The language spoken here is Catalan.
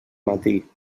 matí